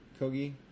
Kogi